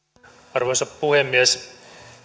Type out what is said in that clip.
arvoisa puhemies